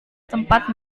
tempat